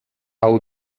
hau